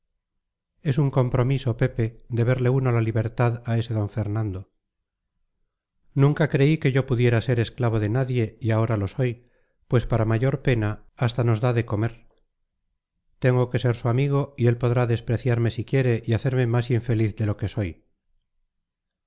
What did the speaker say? es un compromiso pepe deberle uno la libertad a ese don fernando nunca creí que yo pudiera ser esclavo de nadie y ahora lo soy pues para mayor pena hasta nos da de comer tengo que ser su amigo y él podrá despreciarme si quiere y hacerme más infeliz de lo que soy